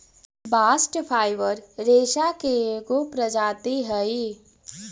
bast fibre रेसा के एगो प्रजाति हई